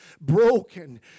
broken